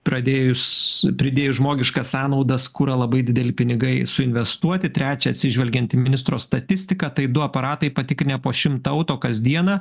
pradėjus pridėjus žmogiškas sąnaudas kurą labai dideli pinigai suinvestuoti trečia atsižvelgiant į ministro statistiką tai du aparatai patikrinę po šimtą auto kasdieną